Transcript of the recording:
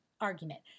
argument